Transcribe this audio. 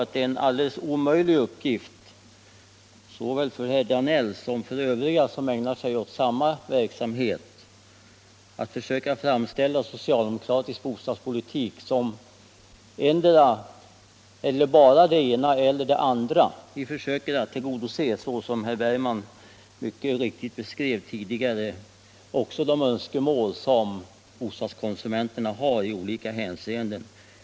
Det är en omöjlig uppgift såväl för herr Danell som för övriga vilka — såsom herr Bergman också pekade på — ägnar sig åt verksamheten att försöka framställa socialdemokratisk bostadspolitik som ensidig i strävandena att tillgodose bostadskonsumenternas önskemål i olika hänseenden.